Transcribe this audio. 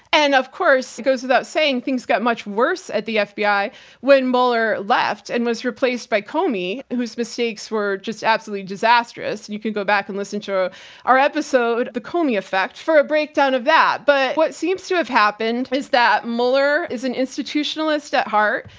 and of course it goes without saying things got much worse at the fbi when mueller left and was replaced by comey whose mistakes were just absolutely disastrous. and you can go back and listen to ah our episode, the comey effect for a breakdown of that. but what seems to have happened, is that mueller is an institutionalist at heart.